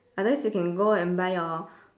unless you can go and buy your